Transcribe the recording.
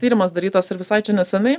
tyrimas darytas ir visai čia neseniai